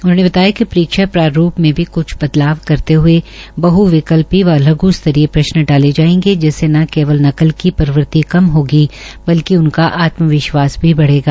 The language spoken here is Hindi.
उन्होंने बताया कि परीक्षा प्रारूप में भी क्छ बदलाव करते हए बहविकल्पी व लघ् स्तरीय प्रश्न डाले जाएंगे जिससे केवल नकल की प्रवृत्ति कम होगी उनका आत्मविश्वास बढ़ेगा